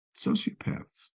Sociopaths